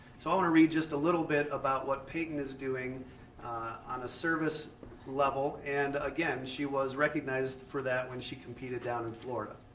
so i want to read just a little bit about what peyton is doing on a service level and again she was recognized for that when she competed down in florida.